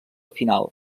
final